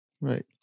Right